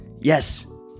yes